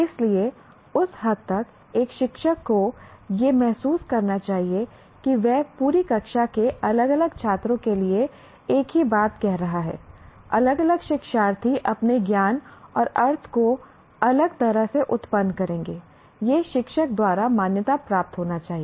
इसलिए उस हद तक एक शिक्षक को यह महसूस करना चाहिए कि वह पूरी कक्षा के अलग अलग छात्रों के लिए एक ही बात कह रहा है अलग अलग शिक्षार्थी अपने ज्ञान और अर्थ को अलग तरह से उत्पन्न करेंगे यह शिक्षक द्वारा मान्यता प्राप्त होना चाहिए